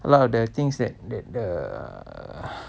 a lot of the things that that err